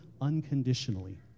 unconditionally